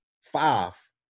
five